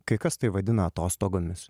kai kas tai vadina atostogomis